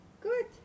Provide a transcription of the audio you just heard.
good